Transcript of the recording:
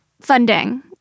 funding